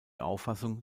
auffassung